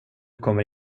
kommer